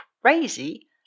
crazy